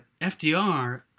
fdr